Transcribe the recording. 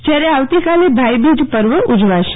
જયારે આવતીકાલે ભાઈબીજ પર્વ ઉજવાશે